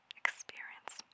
experience